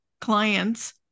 clients